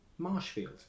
Marshfield